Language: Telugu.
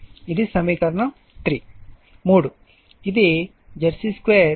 ఇది సమీకరణం 3 ఇది ZC2 RC2 XC2